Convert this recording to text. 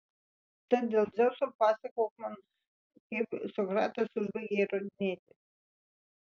tad dėl dzeuso pasakok man kaip sokratas užbaigė įrodinėti